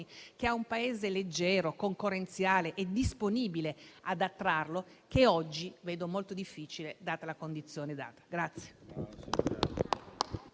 avere un Paese leggero, concorrenziale e disponibile ad attrarlo, che oggi vedo molto difficile, considerata la condizione data.